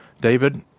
David